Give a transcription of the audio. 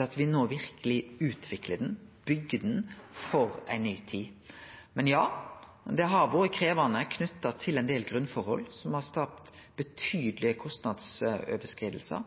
at me no verkeleg utviklar han, byggjer han, for ei ny tid. Men ja, det har vore krevjande, knytt til ein del grunnforhold som har skapt betydelege kostnadsoverskridingar.